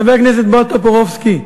חבר הכנסת בועז טופורובסקי,